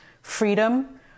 freedom